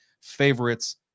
favorites